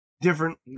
different